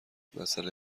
مسئله